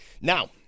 Now